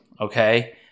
okay